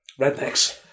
rednecks